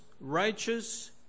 righteous